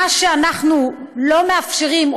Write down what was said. מה שאנחנו לא מאפשרים,